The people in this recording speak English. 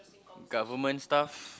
government staff